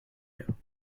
you